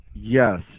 Yes